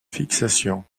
fixation